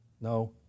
No